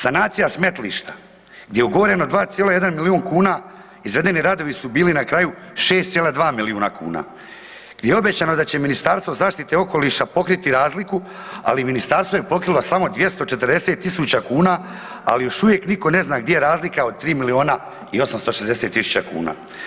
Sanacija smetlišta gdje je ugovoreno 2,1 milijun kn, izvedeni radovi su bili na kraju 6,2 milijuna kn, gdje je obećano da će Ministarstvo zaštite okoliša pokriti razliku ali ministarstvo je pokrilo samo 240 000 kn a još uvijek nitko ne zna gdje je razlika od 3 milijuna i 860 000 kuna.